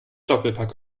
doppelpack